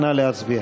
נא להצביע.